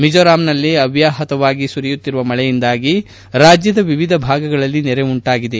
ಮಿಜೋರಾಂನಲ್ಲಿ ಅವ್ಲಾಹತವಾಗಿ ಸುರಿಯುತ್ತಿರುವ ಮಳೆಯಿಂದಾಗಿ ರಾಜ್ಲದ ವಿವಿಧ ಭಾಗಗಳಲ್ಲಿ ನೆರೆ ಉಂಟಾಗಿದೆ